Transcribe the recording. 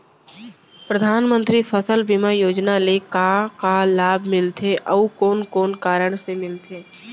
परधानमंतरी फसल बीमा योजना ले का का लाभ मिलथे अऊ कोन कोन कारण से मिलथे?